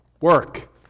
work